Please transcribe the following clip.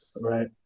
Right